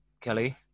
Kelly